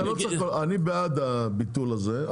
אני בעד הביטול הזה,